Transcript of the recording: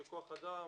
של כוח אדם,